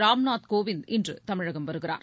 ராம்நாத் கோவிந்த் இன்று தமிழகம் வருகிறார்